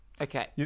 Okay